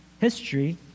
history